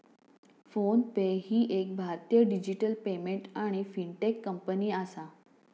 phone पे ही एक भारतीय डिजिटल पेमेंट आणि फिनटेक कंपनी आसा